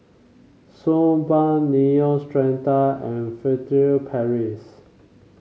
Suu Balm Neostrata and Furtere Paris